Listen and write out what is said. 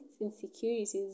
insecurities